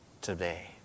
today